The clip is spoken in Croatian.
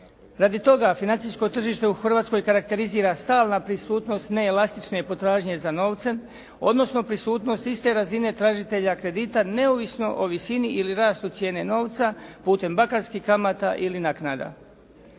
Radi toga financijsko tržište u Hrvatskoj karakterizira stalna prisutnog neelastične potražnje za novcem odnosno prisutnost iste razine tražitelja kredita neovisno o visini ili rastu cijene novca putem bankarskih kamata ili naknada.